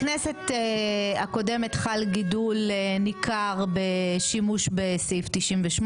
בכנסת הקודמת חל גידול ניכר בשימוש בסעיף 98,